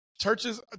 churches